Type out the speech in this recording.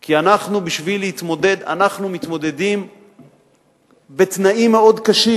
כי בשביל להתמודד אנחנו מתמודדים בתנאים מאוד קשים.